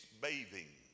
bathing